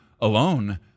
alone